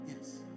Yes